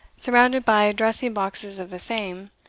surrounded by dressing-boxes of the same,